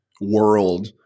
world